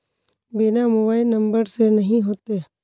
बिना mobile number से नहीं होते?